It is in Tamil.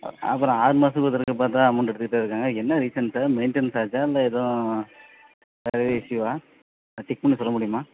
அ அப்புறம் ஆறு மாசத்துக்கு ஒரு தடக்க பார்த்தா அமௌண்ட் எடுத்துகிட்டே இருக்காங்க என்ன ரீசன் சார் மெயிண்ட்டெனன்ஸ் சார்ஜா இல்லை எதுவும் வேறு எதுவும் இஸ்யூவாக செக் பண்ணி சொல்ல முடியுமா